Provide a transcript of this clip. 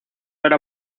era